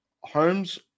Holmes